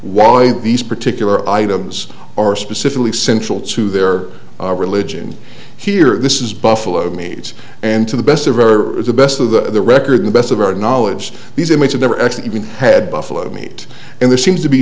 why these particular items are specifically central to their religion here this is buffalo meat and to the best of error is the best of the record the best of our knowledge these images never actually even had buffalo meat and there seems to be